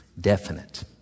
definite